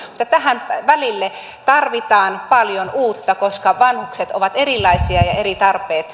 mutta tähän välille tarvitaan paljon uutta koska vanhukset ovat erilaisia ja kullakin on eri tarpeet